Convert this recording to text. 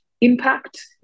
impact